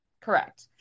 Correct